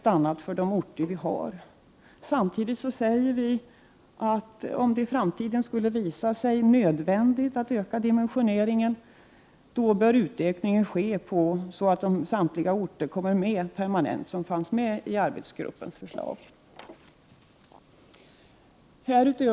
1988/89:120 därför vi stannat för dessa orter. Om det i framtiden skulle visa sig nödvändigt att öka dimensioneringen, bör utökningen ske så att samtliga de orter som fanns med i arbetsgruppens förslag får utbildningen permanent.